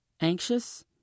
Anxious